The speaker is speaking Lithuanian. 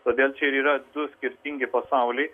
todėl čia ir yra du skirtingi pasauliai